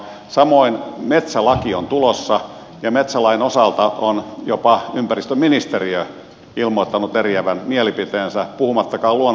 samoin metsälaki on tulossa ja metsälain osalta on jopa ympäristöministeriö ilmoittanut eriävän mielipiteensä puhumattakaan luonnonsuojelujärjestöistä